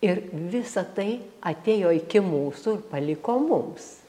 ir visa tai atėjo iki mūsų ir paliko mums